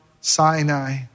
Sinai